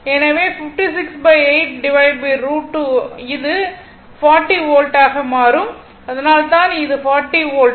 எனவே 568 √2 அது r 40 வோல்ட்டாக மாறும் அதனால்தான் இது 40 வோல்ட்